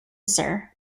sir